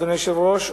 אדוני היושב-ראש,